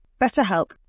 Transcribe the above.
BetterHelp